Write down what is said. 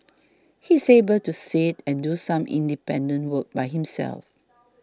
he's able to sit and do some independent work by himself